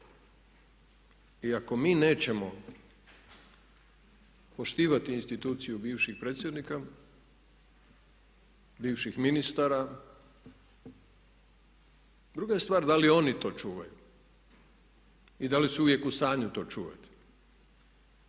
I ako mi nećemo poštivati instituciju bivših predsjednika, bivših ministara, druga je stvar da li oni to čuvaju i da li su uvijek u stanju to čuvati.